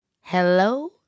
Hello